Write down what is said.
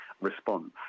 response